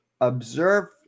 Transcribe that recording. observe